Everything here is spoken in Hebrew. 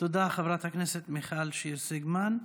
חברת הכנסת מיכל שיר סגמן.